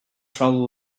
trouble